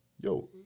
yo